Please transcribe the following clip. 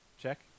Check